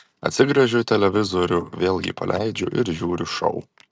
atsigręžiu į televizorių vėl jį paleidžiu ir žiūriu šou